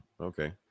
Okay